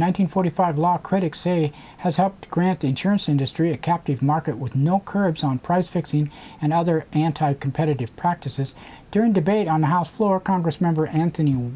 hundred forty five law critics say has helped grant the insurance industry a captive market with no curbs on prospects in and other anti competitive practices during debate on the house floor congress member anthony